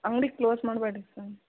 ಅಂಗಡಿ ಕ್ಲೋಸ್ ಮಾಡಬೇಡ್ರಿ ಸರ್